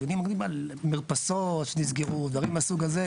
אם מדברים על מרפסות שנסגרו, דברים מהסוג הזה.